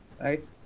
right